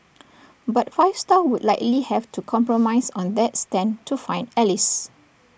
but five star would likely have to compromise on that stand to find allies